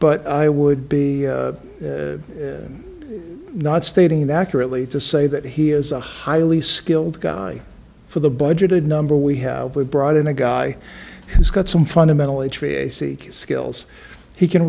but i would be not stating that currently to say that he is a highly skilled guy for the budgeted number we have we brought in a guy who's got some fundamentally tracy skills he can